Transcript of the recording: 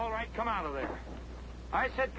all right come out of there i said